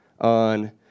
on